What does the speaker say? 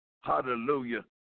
Hallelujah